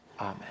amen